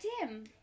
Tim